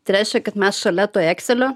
trečia kad mes šalia to ekselio